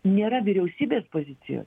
nėra vyriausybės pozicijos